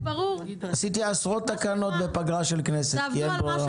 עשיתי עשרות תקנות בפגרה של כנסת כי אין ברירה.